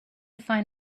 find